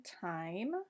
Time